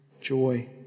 joy